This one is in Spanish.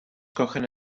cogen